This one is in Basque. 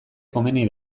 komeni